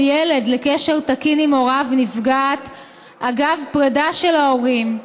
ילד לקשר תקין עם הוריו נפגעת אגב פרידה של ההורים,